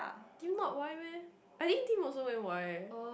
Tim not Y I think Tim also went Y eh